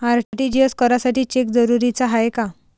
RTGS करासाठी cheque जरुरीचा हाय काय?